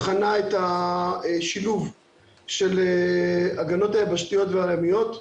בחנה את השילוב של ההגנות היבשתיות והימיות.